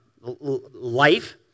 life